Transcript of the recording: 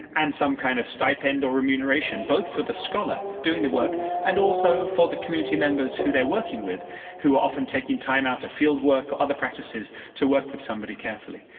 and some kind of stipend or remuneration, both for the scholar doing the work and also for the community members who they're working with who are often taking time out of fieldwork or other practices to work with somebody carefully.